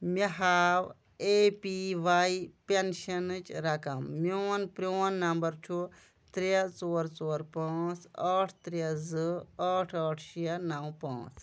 مےٚ ہأو اے پی وے پیٚنشَنٕچ رَقم میٛون پرٛون نمبر چھُ ترٛےٚ ژور ژور پانٛژھ أٹھ ترٛےٚ زٕ أٹھ أٹھ شےٚ نَو پانٚژھ